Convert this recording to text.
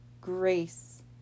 grace